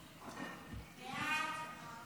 חוק הביטוח הלאומי